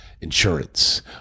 insurance